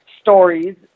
stories